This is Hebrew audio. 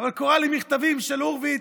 קוראת לי מכתבים של הורוביץ: